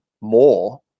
more